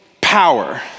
power